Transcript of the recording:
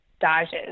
dodges